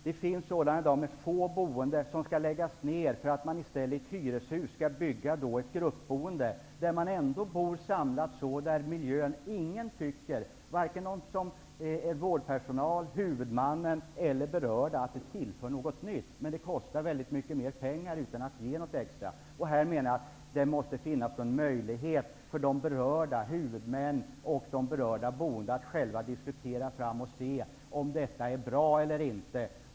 Det finns i dag sådana med få boende som skall läggas ner för att man i stället i ett hyreshus skall bygga gruppboende. Där bor man ändå samlat i en miljö som inte någon, vare sig de som arbetar som vårdpersonal, huvudmannen eller berörda, anser tillför något nytt. Det kostar mycket mer pengar utan att ge något extra. Jag menar att det måste finnas möjlighet för de berörda huvudmännen och de berörda boende att själva diskutera och se om detta är bra eller inte.